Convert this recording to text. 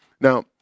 Now